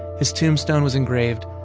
his tombstone was engraved,